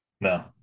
No